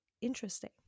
interesting